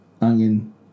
onion